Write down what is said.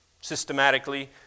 systematically